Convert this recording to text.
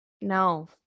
no